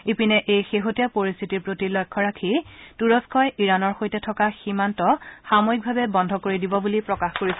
ইপিনে এই শেহতীয়া পৰিস্থিতিৰ প্ৰতি লক্ষ্য ৰাখি তুকস্থই ইৰাণৰ সৈতে থকা সীমান্ত সাময়িকভাৱে বন্ধ কৰি দিব বুলি প্ৰকাশ কৰিছে